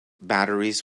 batteries